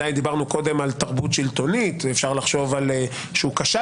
זה דיון עקרוני על עצם החוק